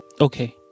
okay